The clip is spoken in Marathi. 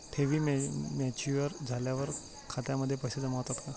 ठेवी मॅच्युअर झाल्यावर खात्यामध्ये पैसे जमा होतात का?